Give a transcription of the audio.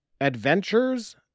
Adventures